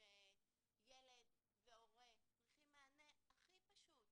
כאשר ילד והורה צריכים מענה הכי פשוט,